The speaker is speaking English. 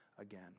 again